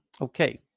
Okay